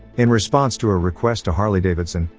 in response to a request to harley-davidson,